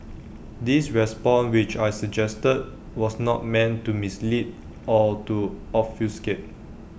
this response which I suggested was not meant to mislead or to obfuscate